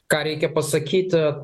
ką reikia pasakyti